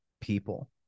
people